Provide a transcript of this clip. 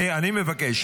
אני מבקש.